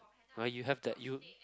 !wah! you have that you